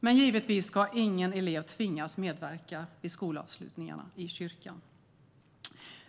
Men givetvis ska ingen elev tvingas medverka vid skolavslutningar i kyrkan.